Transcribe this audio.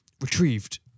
retrieved